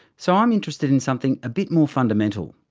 so i'm interested in something a bit more fundamental.